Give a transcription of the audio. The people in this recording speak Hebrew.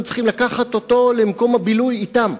הם צריכים לקחת אותו למקום הבילוי אתם.